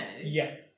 Yes